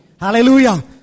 Hallelujah